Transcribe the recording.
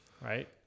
right